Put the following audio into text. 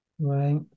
right